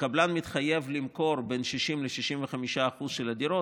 וקבלן מתחייב למכור 60% 65% מהדירות,